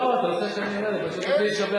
ודאי שיש.